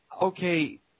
okay